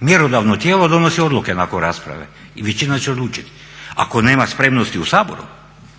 Mjerodavno tijelo donosi odluke nakon rasprave i većina će odlučiti. Ako nema spremnosti u Saboru